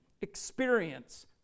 experience